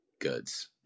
goods